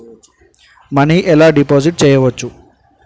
Money ఎలా deposit చేయచ్చు?